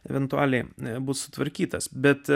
virtualiai nebus sutvarkytas bet